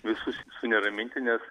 visus suneraminti nes